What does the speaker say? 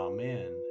Amen